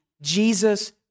Jesus